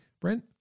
Brent